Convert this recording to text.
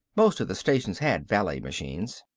most of the stations had valet machines.